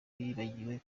yibagiwe